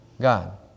God